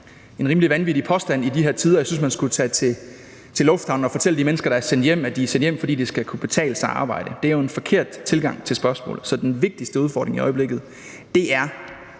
en rimelig vanvittig påstand i de her tider, og jeg synes, man skulle tage i lufthavnen og fortælle de mennesker, der er sendt hjem, at de er sendt hjem, fordi det skal kunne betale sig at arbejde. Det er jo en forkert tilgang til spørgsmålet. Så den vigtigste udfordring i øjeblikket er